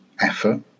effort